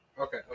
Okay